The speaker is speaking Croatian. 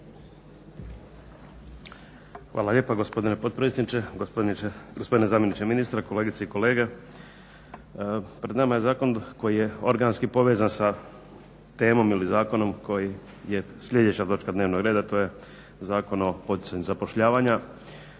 Hvala lijepa gospodine potpredsjedniče, gospodine zamjeniče ministra, kolegice i kolege. Pred nama je zakon koji je organski povezan sa temom ili zakonom koji je sljedeća točka dnevnog reda to je Zakon o poticanju zapošljavanja